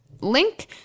link